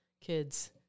kids